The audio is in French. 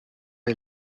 est